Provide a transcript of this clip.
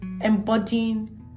embodying